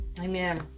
Amen